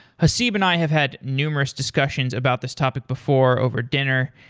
haseeb and i have had numerous discussions about this topic before over dinner,